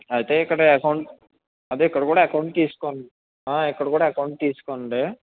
అయితే ఇక్కడ అకౌంటు అదే ఇక్కడ కూడా అకౌంటు తీసుకోండి ఇక్కడ కూడా అకౌంటు తీసుకోండి